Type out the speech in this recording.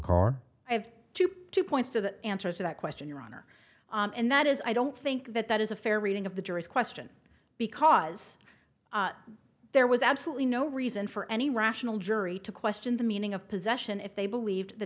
car i have two points to the answer to that question your honor and that is i don't think that that is a fair reading of the jury's question because there was absolutely no reason for any rational jury to question the meaning of possession if they believed the